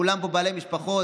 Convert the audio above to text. כולם פה בעלי משפחות,